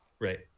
Right